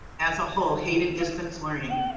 as a whole hated distance learning.